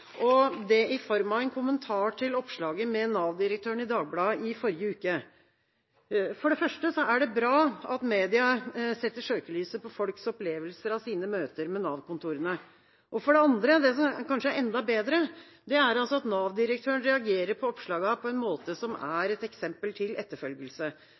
og det i form av en kommentar til oppslaget med Nav-direktøren i Dagbladet i forrige uke. For det første er det bra at media setter søkelyset på folks opplevelser av sine møter med Nav-kontorene. For det andre: Det som kanskje er enda bedre, er at Nav-direktøren reagerer på oppslagene på en måte som er et eksempel til etterfølgelse.